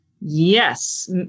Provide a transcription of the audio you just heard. yes